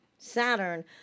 saturn